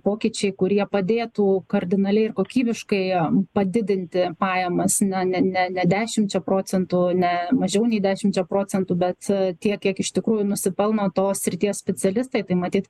pokyčiai kurie padėtų kardinaliai ir kokybiškai padidinti pajamas ne ne ne ne dešimčia procentų ne mažiau nei dešimčia procentų bet tiek kiek iš tikrųjų nusipelno tos srities specialistai tai matyt